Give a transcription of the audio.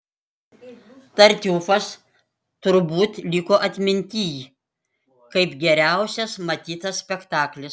tartiufas turbūt liko atmintyj kaip geriausias matytas spektaklis